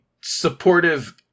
supportive